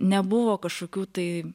nebuvo kažkokių tai